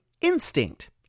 instinct